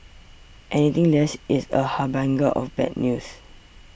anything less is a harbinger of bad news